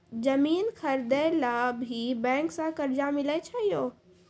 जमीन खरीदे ला भी बैंक से कर्जा मिले छै यो?